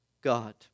God